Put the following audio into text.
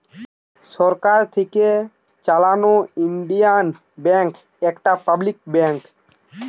সরকার থিকে চালানো Indian bank একটা পাবলিক ব্যাঙ্ক